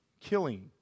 killing